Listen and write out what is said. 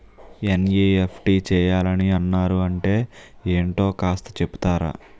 NEFT చేయాలని అన్నారు అంటే ఏంటో కాస్త చెపుతారా?